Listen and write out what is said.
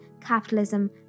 capitalism